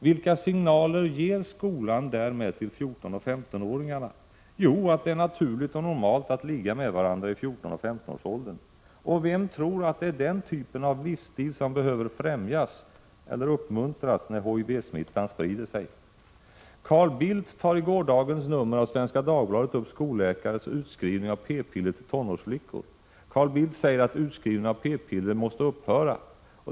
Vilka signaler ger skolan därmed till 14 och 15-åringarna? Jo, att det är naturligt och normalt att ”ligga med varandra” i 14—-15-årsåldern. Och vem tror att det är den typen av livsstil som behöver främjas eller uppmuntras när HIV-smittan sprider = Prot. 1986/87:110 sig? Carl Bildt tar i gårdagens nummer av Svenska Dagbladet upp skolläkares — 24 april 1987 utskrivning av p-piller till tonårsflickor. Carl Bildt säger att utskrivningen av p-piller måste upphöra.